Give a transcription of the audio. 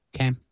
Okay